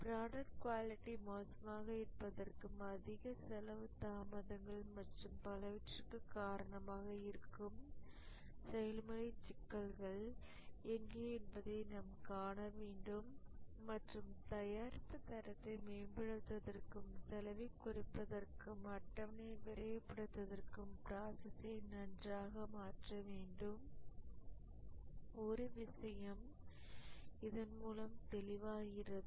product quality மோசமாக இருப்பதற்கும் அதிக செலவு தாமதங்கள் மற்றும் பலவற்றிற்கும் காரணமாக இருக்கும் செயல்முறை சிக்கல்கள் எங்கே என்பதைக் காண வேண்டும் மற்றும் தயாரிப்பு தரத்தை மேம்படுத்துவதற்கும் செலவைக் குறைப்பதற்கும் அட்டவணையை விரைவுபடுத்துவதற்கும் ப்ராசஸ்ஸை நன்றாக மாற்ற வேண்டும் ஒரு விஷயம் இதன் மூலம் தெளிவாகிறது